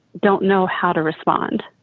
don't know how to respond.